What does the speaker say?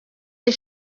les